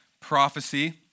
prophecy